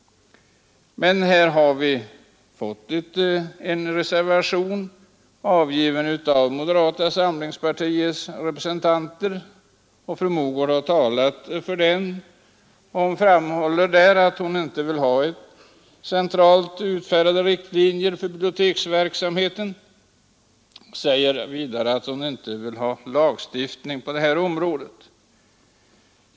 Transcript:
Men här har vi fått en reservation, avgiven av moderata samlingspartiets representanter, och fru Mogård har talat för den. Hon framhåller att hon inte vill ha centralt utfärdade riktlinjer för biblioteksverksamheten, och vidare säger hon att hon inte vill ha lagstiftning på området.